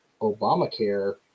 Obamacare